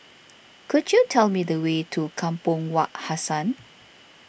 could you tell me the way to Kampong Wak Hassan